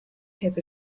has